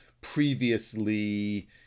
previously